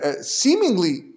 seemingly